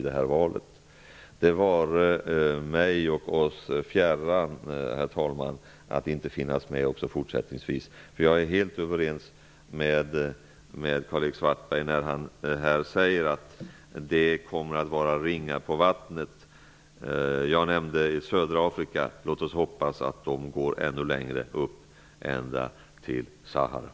Det är mig och oss fjärran, herr talman, att inte vara med i fortsättningen. Jag är helt överens med Karl-Erik Svartberg när han säger att det kommer att vara ringar på vattnet. Jag nämnde södra Afrika. Låt oss hoppas att ringarna går ännu längre upp -- ända till Sahara.